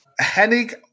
Hennig